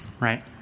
Right